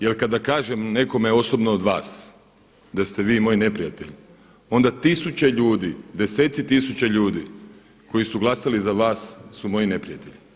Jer kada kažem nekome osobno od vas da ste vi moji neprijatelji onda tisuće ljudi, desetici tisuća ljudi koji su glasali za vas su moji neprijatelji.